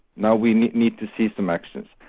now we need to see some action.